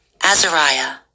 Azariah